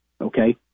Okay